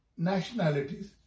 nationalities